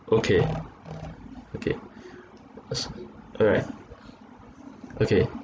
okay okay all right okay